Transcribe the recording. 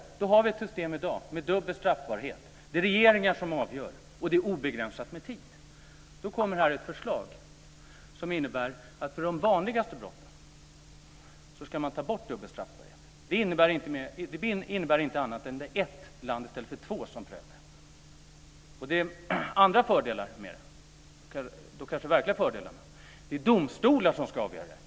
I dag har vi ett system med dubbel straffbarhet. Det är regeringar som avgör, och tiden är obegränsad. Här kommer ett förslag som innebär att man ska ta bort bestämmelsen om dubbel straffbarhet för de vanligaste brotten. Det innebär inte annat än att det är ett land i stället för två som prövar ärendet. Det finns andra fördelar med förslaget. Den verkliga fördelen är att det är domstolar som ska avgöra.